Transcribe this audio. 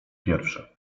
pierwszy